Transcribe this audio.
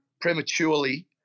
prematurely